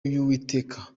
y’uwiteka